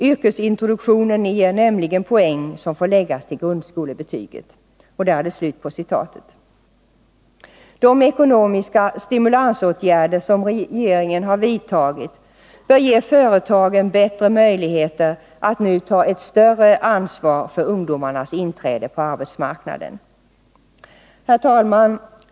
Yrkesintroduktionen ger nämligen poäng som får läggas till grundskolebetyget.” De ekonomiska stimulansåtgärder som regeringen har vidtagit bör ge företagen bättre möjligheter att nu ta ett större ansvar för ungdomarnas inträde på arbetsmarknaden. Herr talman!